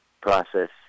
process